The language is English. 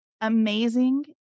amazing